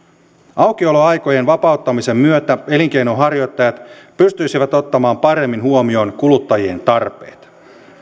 aukioloaikojen vapauttamisen myötä elinkeinonharjoittajat pystyisivät ottamaan paremmin huomioon kuluttajien tarpeet